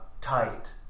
tight